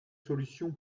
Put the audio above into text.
solution